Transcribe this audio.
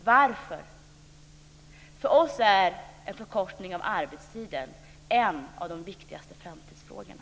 Varför? För oss är en förkortning av arbetstiden en av de viktigaste framtidsfrågorna.